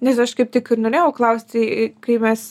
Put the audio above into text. nes aš kaip tik ir norėjau klausti kai mes